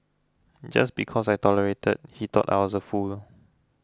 just because I tolerated he thought I was a fool